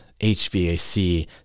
HVAC